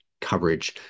coverage